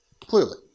clearly